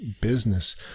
business